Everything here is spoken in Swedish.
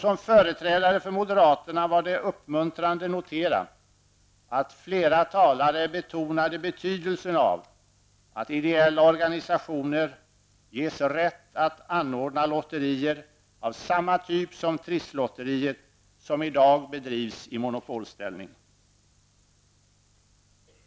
Som företrädare för moderaterna fann jag det uppmuntrande att notera att flera talare betonade betydelsen av att ideella organisationer ges rätt att anordna lotterier av samma typ som Trisslotteriet, som i dag bedrivs i monopolställning.